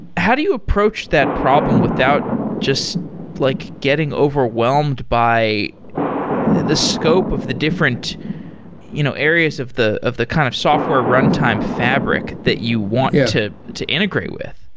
how do you approach that problem without just like getting overwhelmed by the scope of the different you know areas of the of the kind of software runtime fabric that you want to to integrate with?